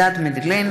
מדד מדלן,